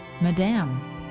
madame